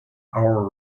our